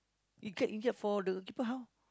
if get injured for the people how